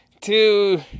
two